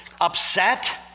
upset